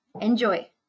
enjoy